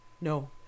No